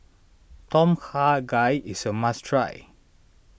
Tom Kha Gai is a must try